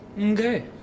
Okay